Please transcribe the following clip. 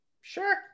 Sure